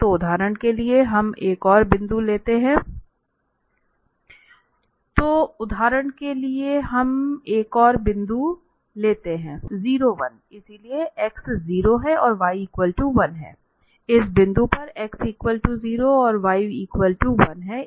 तो उदाहरण के लिए हम एक और बिंदु लेते हैं 01 इसलिए x 0 है और y 1 है इस बिंदु पर x 0 है और y 1 है